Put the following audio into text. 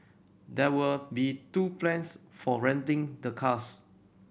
there will be two plans for renting the cars